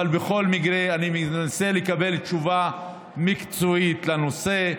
אבל בכל מקרה אני אנסה לקבל תשובה מקצועית לנושא.